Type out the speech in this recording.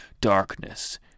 darkness